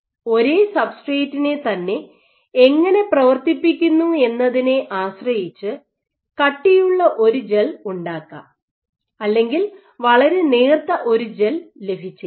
ഒരേ സബ്സ്ട്രെറ്റിനെ തന്നെ എങ്ങനെ പ്രവർത്തിപ്പിക്കുന്നു എന്നതിനെ ആശ്രയിച്ച് കട്ടിയുള്ള ഒരു ജെൽ ഉണ്ടാക്കാം അല്ലെങ്കിൽ വളരെ നേർത്ത ഒരു ജെൽ ലഭിച്ചേക്കാം